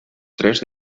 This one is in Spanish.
tres